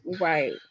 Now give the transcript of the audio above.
right